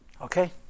Okay